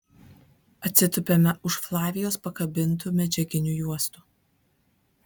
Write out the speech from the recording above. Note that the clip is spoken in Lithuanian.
atsitupiame už flavijos pakabintų medžiaginių juostų